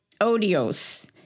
Odios